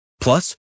Plus